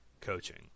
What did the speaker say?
coaching